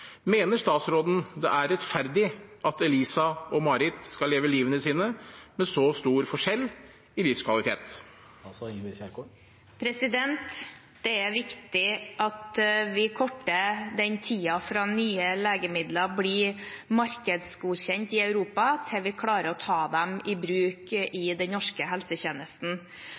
Mener statsråden det er rettferdig at Eliza og Marit skal leve sitt liv med så stor forskjell i livskvalitet? Det er viktig at vi korter ned tiden fra nye legemidler blir markedsgodkjent i Europa, til vi klarer å ta dem i bruk i den norske helsetjenesten.